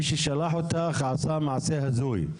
מי ששלח אותך עשה מעשה הזוי.